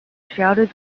shouted